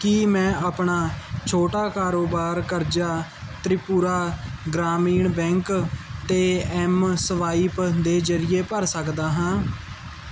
ਕੀ ਮੈਂ ਆਪਣਾ ਛੋਟਾ ਕਾਰੋਬਾਰ ਕਰਜ਼ਾ ਤ੍ਰਿਪੁਰਾ ਗ੍ਰਾਮੀਣ ਬੈਂਕ 'ਤੇ ਐੱਮਸਵਾਇਪ ਦੇ ਜ਼ਰੀਏ ਭਰ ਸਕਦਾ ਹਾਂ